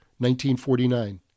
1949